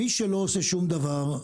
מי שלא עושה שום דבר,